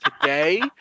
today